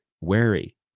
wary